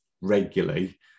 regularly